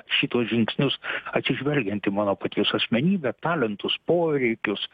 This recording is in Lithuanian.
šituos žingsnius atsižvelgiant į mano paties asmenybę talentus poreikius